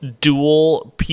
dual